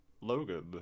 Logan